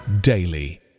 daily